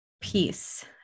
peace